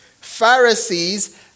Pharisees